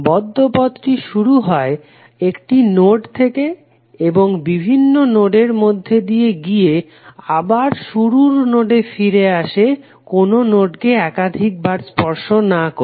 বদ্ধ পথটি শুরু হয় একটি নোড থেকে বিভিন্ন নোডের মধ্যে দিয়ে গিয়ে আবার শুরুর নোডে ফিরে আসে কোনো নোডকে একাধিক বার স্পর্শ না করে